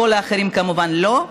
וכל האחרים כמובן לא,